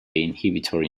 inhibitory